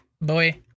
Boy